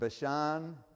Bashan